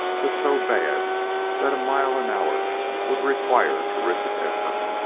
but so bad that a mile an hour would require terrific effort.